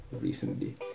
Recently